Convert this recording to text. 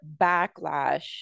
backlash